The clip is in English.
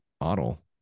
model